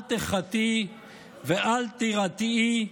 אל תֵּחָתִי ואל תירתעי,